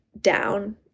down